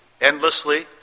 endlessly